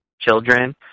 children